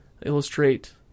illustrate